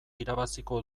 irabaziko